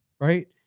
right